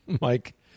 Mike